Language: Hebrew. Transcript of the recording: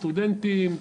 סטודנטים,